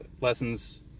lessons